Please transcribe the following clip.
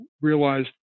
realized